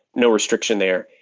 no restriction there.